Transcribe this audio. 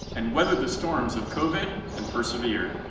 and weathered the storms of covid and perservered.